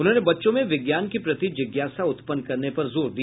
उन्होंने बच्चों में विज्ञान के प्रति जिज्ञासा उत्पन्न करने पर जोर दिया